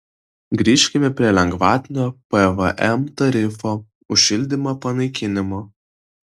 grįžkime prie lengvatinio pvm tarifo už šildymą panaikinimo